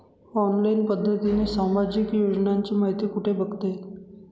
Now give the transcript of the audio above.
Online पद्धतीने सामाजिक योजनांची माहिती कुठे बघता येईल?